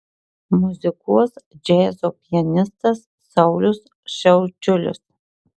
muzikuos džiazo pianistas saulius šiaučiulis